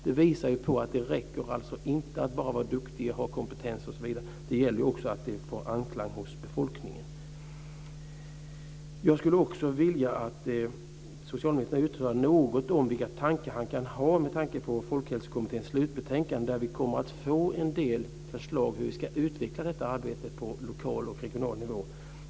Det visar på att det inte räcker att vara duktig och ha kompetens osv. Det gäller också att få anklang hos befolkningen. Jag skulle vilja att socialministern yttrade något om vilka tankar han kan ha inför Folkhälsokommitténs slutbetänkande. Vi kommer att få en del förslag om hur vi ska utveckla detta arbete på lokal och regional nivå.